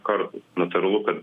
kartų natūralu kad